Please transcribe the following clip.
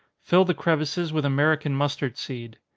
fill the crevices with american mustard seed.